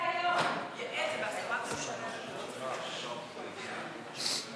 חברת הכנסת אורלי לוי אבקסיס.